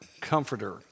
comforter